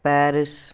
Paris